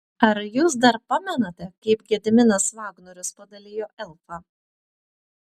ar jūs dar pamenate kaip gediminas vagnorius padalijo elfą